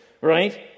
Right